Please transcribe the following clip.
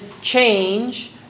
change